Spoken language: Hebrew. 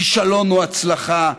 כישלון הוא הצלחה.